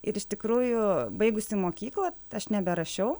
ir iš tikrųjų baigusi mokyklą aš neberašiau